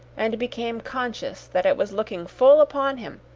and became conscious that it was looking full upon him,